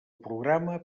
programa